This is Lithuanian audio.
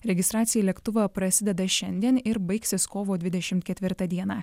registracija į lėktuvą prasideda šiandien ir baigsis kovo dvidešimt ketvirtą dieną